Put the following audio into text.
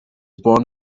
born